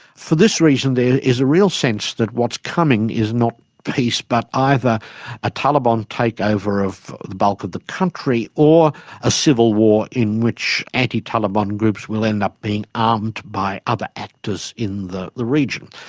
for this reason, there is a real sense that what's coming is not peace but either a taliban takeover of the bulk of the country or a civil war in which anti-taliban groups will end up being armed by other actors in the the region.